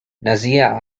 nazir